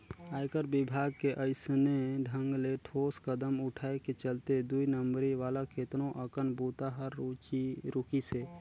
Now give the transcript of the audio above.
आयकर विभाग के अइसने ढंग ले ठोस कदम उठाय के चलते दुई नंबरी वाला केतनो अकन बूता हर रूकिसे